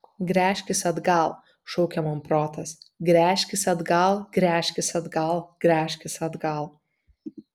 gręžkis atgal šaukė man protas gręžkis atgal gręžkis atgal gręžkis atgal